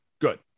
good